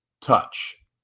touch